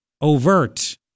overt